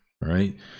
right